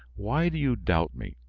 why do you doubt me?